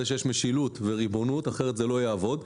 שיש משילות וריבונות כי אחרת זה לא יעבוד.